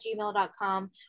gmail.com